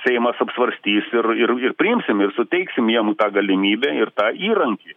seimas apsvarstys ir ir ir priimsim ir suteiksim jiem tą galimybę ir tą įrankį